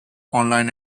online